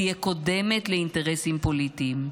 תהיה קודמת לאינטרסים פוליטיים.